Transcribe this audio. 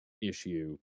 issue